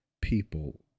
people